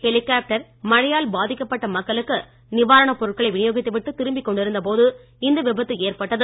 helicopter மழையால் பாதிக்கப்பட்ட மக்களுக்கு நிவாரணப் பொருட்களை வினியோகித்து விட்டு திரும்பிக் கொண்டிருந்தபோது இந்த விபத்து ஏற்பட்டது